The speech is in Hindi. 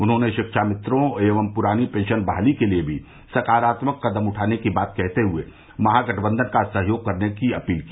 उन्होंने शिक्षा मित्रों एवं प्रानी पेंशन बहाली के लिए भी सकारात्मक कदम उठाने की बात कहते हुए महागठबंधन का सहयोग करने की अपील की